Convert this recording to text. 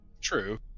true